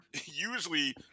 usually